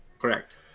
Correct